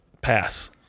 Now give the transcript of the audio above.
pass